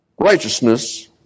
Righteousness